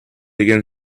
again